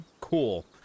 cool